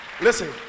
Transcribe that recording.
listen